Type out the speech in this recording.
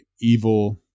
evil